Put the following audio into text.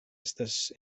estas